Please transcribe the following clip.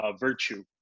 virtue